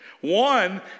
One